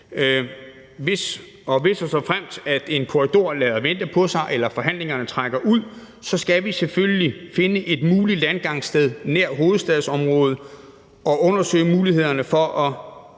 en korridor lader vente på sig eller forhandlingerne trækker ud, skal vi selvfølgelig finde et muligt landgangssted nær hovedstadsområdet og undersøge mulighederne for at